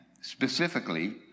specifically